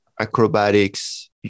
acrobatics